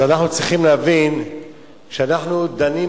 אז אנחנו צריכים להבין שאנחנו דנים